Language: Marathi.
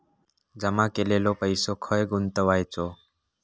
जमा केलेलो पैसो खय गुंतवायचो?